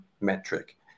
metric